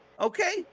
Okay